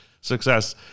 success